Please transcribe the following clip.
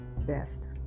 best